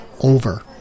over